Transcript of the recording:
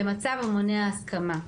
במצב מונע הסכמה,